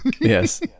Yes